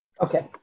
Okay